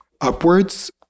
upwards